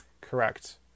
Correct